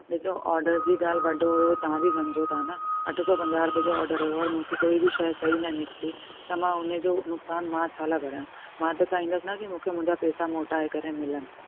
ॾिसो ऑडर जी ॻाल्हि वॾो हुओ तव्हां बि सम्झो था न अठ सौ पंजाहु रुपए जो ऑडर हुओ और मूंखे कोई बि शइ सही न निकिती त मां हुन जो नुक़सान मां छा लाए भरियां मां त चाहिंदसि न की मूंखे मुंहिंजा पैसा मोटाए करे मिलनि